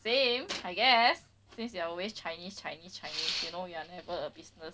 same I guess since you are always chinese chinese chinese you know you are never a business